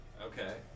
Okay